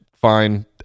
fine